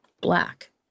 Black